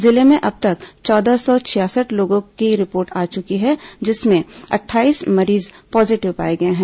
जिले में अब तक चौदह सौ छियासठ लोगों की रिपोर्ट आ चुकी है जिसमें अट्ठाईस मरीज पॉजीटिव पाए गए हैं